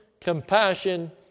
compassion